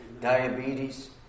Diabetes